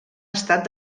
estat